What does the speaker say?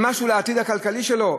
למשהו לעתיד הכלכלי שלו?